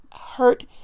hurt